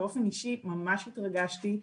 אני ממש התרגשתי.